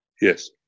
Yes